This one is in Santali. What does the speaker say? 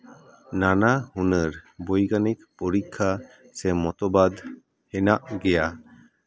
ᱱᱟᱱᱟ ᱦᱩᱱᱟᱹᱨ ᱵᱳᱭᱜᱟᱱᱤᱠ ᱯᱚᱨᱤᱠᱠᱷᱟ ᱥᱮ ᱢᱚᱛᱚᱵᱟᱫ ᱦᱮᱱᱟᱜ ᱜᱮᱭᱟ